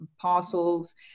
parcels